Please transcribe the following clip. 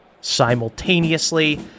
simultaneously